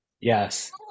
Yes